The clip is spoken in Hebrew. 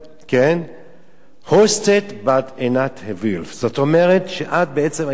hosted by Einat Vilf זאת אומרת שאת בעצם היוזמת